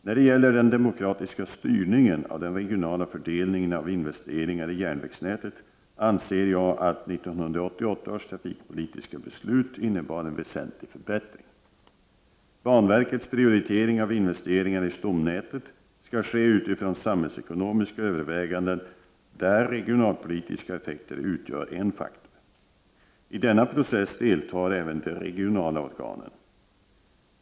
När det gäller den demokratiska styrningen av den regionala fördelningena av investeringar i järnvägsnätet anser jag att 1988 års trafikpolitiska beslut innebar en väsentlig förbättring. Banverkets prioritering av investeringar i stomnätet skall ske utifrån samhällsekonomiska överväganden, där regionalpolitiska effekter utgör en faktor. I denna process deltar även de regionala organen.